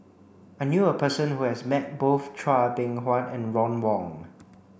I knew a person who has met both Chua Beng Huat and Ron Wong